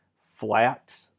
flat